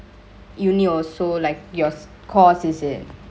uni also like your course is it